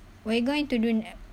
what are you going to do n~